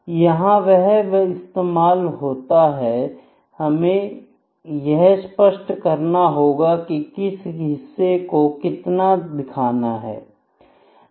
यह वहां इस्तेमाल होता है हमें यह स्पष्ट करना हो की किस हिस्से को कितना दिखाना है